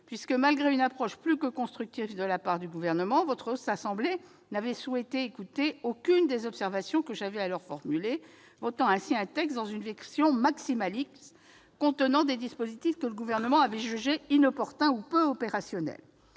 puisque, malgré une approche plus que constructive de la part du Gouvernement, la Haute Assemblée n'avait souhaité écouter aucune des observations que j'avais alors formulées, votant ainsi le texte dans une version maximaliste, contenant des dispositifs que le Gouvernement avait jugé inopportuns ou peu opérationnels.